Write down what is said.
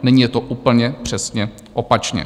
Nyní je to úplně přesně opačně.